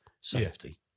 safety